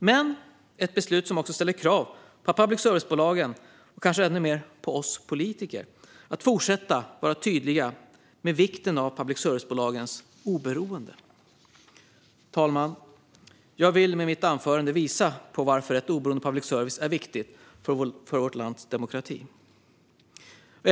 Men det är också ett beslut som ställer krav på public service-bolagen, och kanske ännu mer på oss politiker, att fortsätta vara tydliga med vikten av public service-bolagens oberoende. Fru talman! Jag vill med mitt anförande visa på varför oberoende public service är viktigt för vårt lands demokrati.